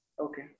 Okay